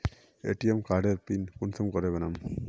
ATM कार्डेर pin कुंसम के बनाम?